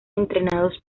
entrenados